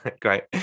Great